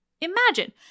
Imagine